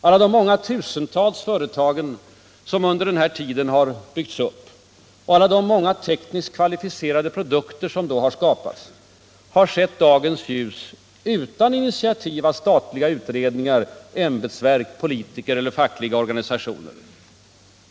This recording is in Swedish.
Alla de många tusentals företag som under den tiden byggts upp och alla de många tekniskt kvalificerade produkter som då skapas har sett dagens ljus utan initiativ av statliga utredningar, ämbetsverk, politiker eller fackliga organisationer.